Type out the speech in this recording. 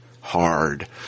hard